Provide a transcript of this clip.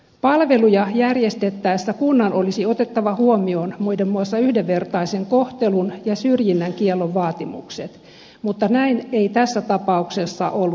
palveluja järjestettäessä kunnan olisi otettava huomioon muiden muassa yhdenvertaisen kohtelun ja syrjinnän kiellon vaatimukset mutta näin ei tässä tapauksessa ollut toimittu